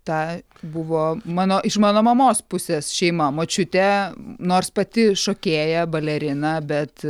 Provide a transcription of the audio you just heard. ta buvo mano iš mano mamos pusės šeima močiutė nors pati šokėja balerina bet